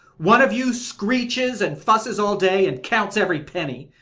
one of you screeches and fusses all day and counts every penny,